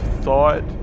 thought